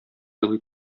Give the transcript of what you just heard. елый